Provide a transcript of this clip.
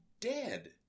dead